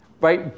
right